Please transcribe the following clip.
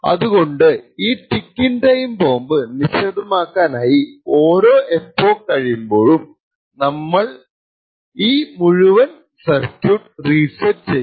അതുകൊണ്ടു ഈ ticking time bomb നിശബ്ദമാക്കാനായി ഓരോ എപ്പോക്ക് കഴിയുമ്പോഴും നമ്മൾ ഈ മുഴുവൻ സർക്യൂട്ട് റീസെറ്റ് ചെയ്യും